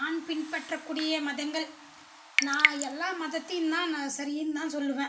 நான் பின்பற்ற கூடிய மதங்கள் நான் எல்லா மதத்தையுந்தான் நான் சரினுதான் சொல்லுவேன்